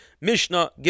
Mishnah